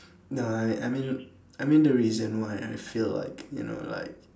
nah I I mean I mean the reason why I feel like you know like